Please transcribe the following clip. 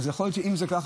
אם זה כך,